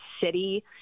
city